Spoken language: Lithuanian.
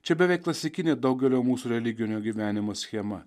čia beveik klasikinė daugelio mūsų religinio gyvenimo schema